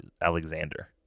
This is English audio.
Alexander